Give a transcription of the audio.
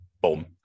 boom